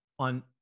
On